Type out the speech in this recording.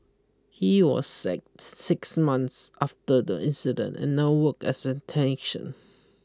he was sacked six months after the incident and now work as a technician